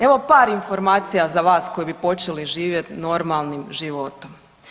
Evo, par informacija za vas koji bi počeli živjeti normalnim životom.